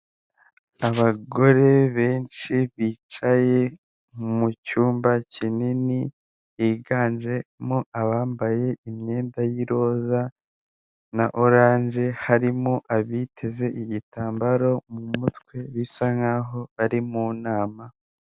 Abagore benshi bicaye mu cyumba kinini, higanjemo abambaye imyenda y'iroza na oranje. Harimo abiteze igitambaro mu mutwe bisa nk' aho bari mu nama.